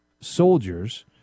soldiers